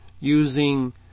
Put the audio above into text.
using